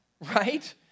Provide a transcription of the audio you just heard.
right